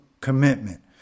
commitment